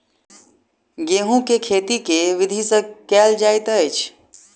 गेंहूँ केँ खेती केँ विधि सँ केल जाइत अछि?